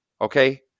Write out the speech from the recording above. okay